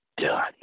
done